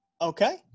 Okay